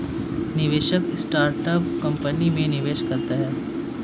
निवेशक startup company में निवेश करता है